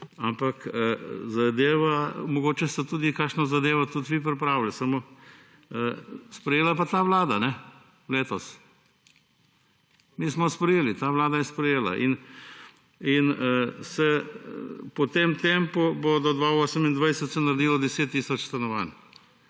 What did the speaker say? Ampak zadeva, mogoče ste tudi kakšno zadevo tudi vi pripravili, samo sprejela je pa ta vlada letos. Mi smo sprejeli, ta vlada je sprejela. In po tem tempu se bo do 2028 naredilo 10 tisoč stanovanj,